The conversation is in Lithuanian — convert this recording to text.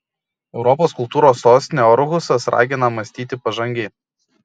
europos kultūros sostinė orhusas ragina mąstyti pažangiai